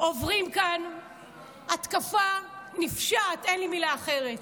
עוברים כאן התקפה נפשעת, אין לי מילה אחרת,